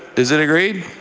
is it agreed?